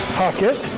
pocket